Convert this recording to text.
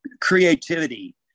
creativity